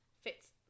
fits